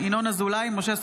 (תיקון מס' 2),